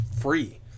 free